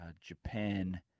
Japan